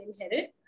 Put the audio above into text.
inherit